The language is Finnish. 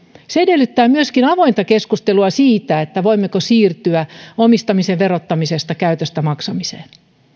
se edellyttää myöskin avointa keskustelua siitä voimmeko siirtyä omistamisen verottamisesta käytöstä maksamiseen